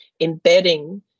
embedding